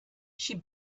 she